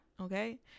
okay